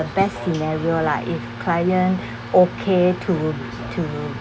the best in scenario lah if client okay to to